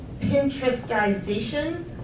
Pinterestization